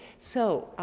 so,